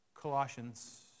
Colossians